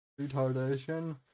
retardation